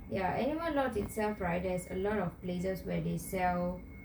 ya animal lodge itself right there are a lot of places where they sell